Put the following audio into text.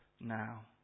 now